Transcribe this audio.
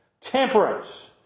Temperance